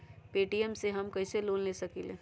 Paytm से हम कईसे लोन ले सकीले?